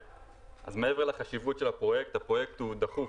מעבר לחשיבות של הפרויקט, הפרויקט הוא דחוף